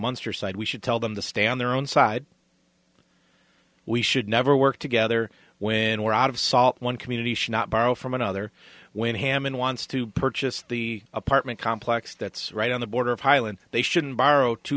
monster side we should tell them to stay on their own side we should never work together when we're out of salt one community should not borrow from another when hammond wants to purchase the apartment complex that's right on the border of highland they shouldn't borrow two